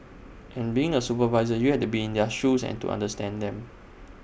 and being A supervisor you have to be in their shoes to understand them